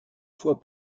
fois